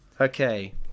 Okay